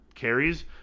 Carries